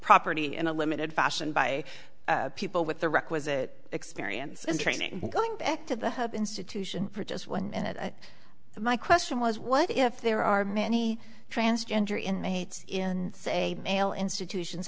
property in a limited fashion by people with the requisite experience and training going back to the institution for just one minute my question was what if there are many transgender in the gates in say male institutions